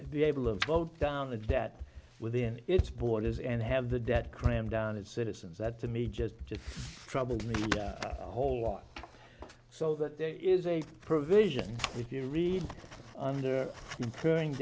to be able to vote down the debt within its borders and have the debt cram down its citizens that to me just to trouble me a whole lot so that there is a provision if you read under incurring